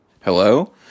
Hello